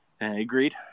agreed